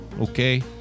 okay